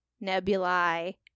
nebulae